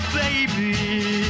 baby